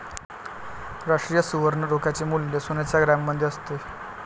राष्ट्रीय सुवर्ण रोख्याचे मूल्य सोन्याच्या ग्रॅममध्ये असते